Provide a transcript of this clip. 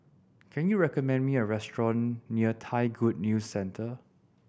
can you recommend me a restaurant near Thai Good News Centre